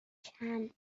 chance